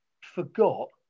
forgot